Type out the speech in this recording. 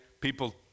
People